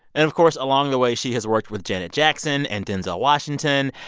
and, of course, along the way, she has worked with janet jackson and denzel washington.